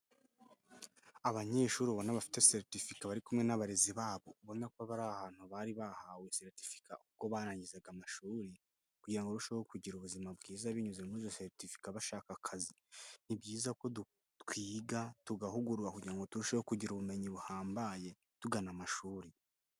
Abanyeshuribona abafite seritifika bari kumwe n'abarezi babo. Ubona ko bari ahantu bari bahawe seritifika ubwo barangizaga amashuri, kugirango barusheho kugira ubuzima bwiza binyuze muri izo seritifika bashaka akazi. Ni byiza ko twiga tugahugurwa kugirango turusheho kugira ubumenyi buhambaye tugana amashuri.